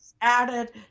Added